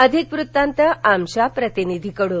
अधिक वृतांत आमच्या प्रतिनिधीकडून